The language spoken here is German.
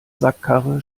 sackkarre